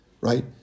Right